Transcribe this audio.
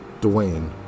Dwayne